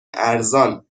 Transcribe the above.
ارزان